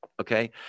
okay